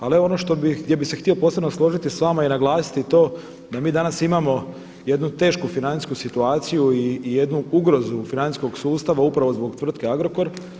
Ali ono što bih, gdje bih se htio posebno složiti sa vama i naglasiti to da mi danas imamo jednu tešku financijsku situaciju i jednu ugrozu financijskog sustava upravo zbog tvrtke Agrokor.